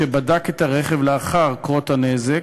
שבדק את הרכב לאחר קרות הנזק,